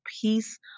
peace